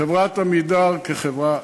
חברת "עמידר" כחברה,